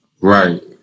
right